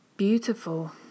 beautiful